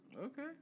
Okay